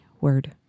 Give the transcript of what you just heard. word